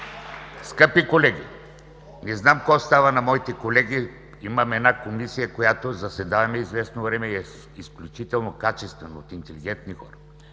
Скъпи колеги, не знам какво става на моите колеги – имаме една комисия, в която заседаваме известно време, и е изключително качествена, от интелигентни хора.